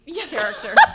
character